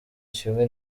kimwe